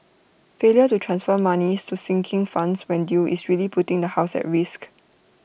failure to transfer monies to sinking funds when due is really putting the house at risk